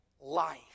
life